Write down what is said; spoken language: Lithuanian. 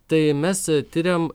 tai mes tiriam